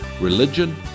religion